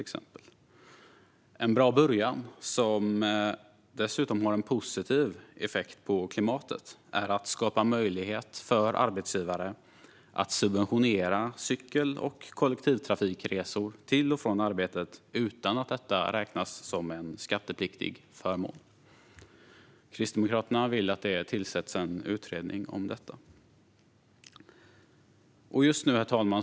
En bra början, som dessutom har en positiv effekt på klimatet, är att göra det möjligt för arbetsgivare att subventionera cykel och kollektivtrafikresor till och från arbetet utan att det räknas som en skattepliktig förmån. Kristdemokraterna vill att det tillsätts en utredning om detta. Herr talman!